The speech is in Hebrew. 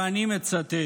ואני מצטט: